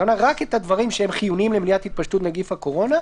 הכוונה רק את הדברים שהם חיוניים למניעת התפשטות נגיף הקורונה.